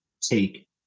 take